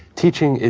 teaching,